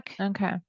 Okay